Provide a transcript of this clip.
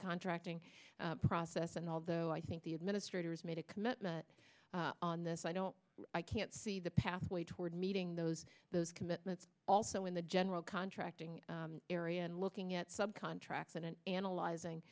contracting process and although i think the administrators made a commitment on this i don't i can't see the pathway toward meeting those those commitments also in the general contracting area and looking at sub contracts and analyzing